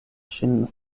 ŝin